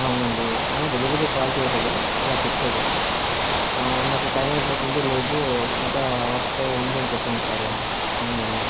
అవునండి delivery boy call చేశాడు ఇలా చెప్పాడు నాకు టైం అయిపోతుంది లేదు ఇంకా వర్క్ అయి ఉందని చెప్పాను సారూ అవునండి